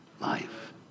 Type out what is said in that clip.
life